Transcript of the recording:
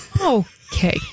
okay